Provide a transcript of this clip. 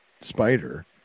spider